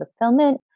fulfillment